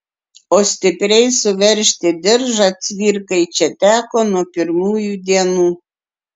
o stipriai suveržti diržą cvirkai čia teko nuo pirmųjų dienų